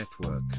Network